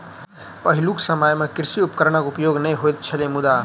पहिलुक समय मे कृषि उपकरणक प्रयोग नै होइत छलै मुदा